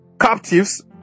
captives